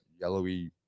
yellowy